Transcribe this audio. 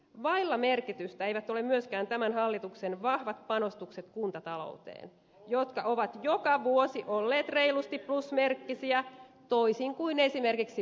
vailla merkitystä eivät ole myöskään tämän hallituksen vahvat panostukset kuntatalouteen jotka ovat joka vuosi olleet reilusti plusmerkkisiä toisin kuin esimerkiksi punamultahallituksen aikana